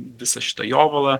visą šitą jovalą